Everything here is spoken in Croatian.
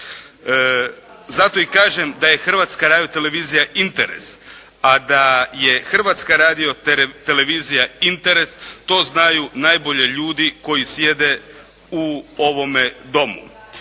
Zato i kažem da je Hrvatska radiotelevizija interes, a da je Hrvatska radiotelevizija interes to znaju najbolje ljudi koji sjede u ovome Domu.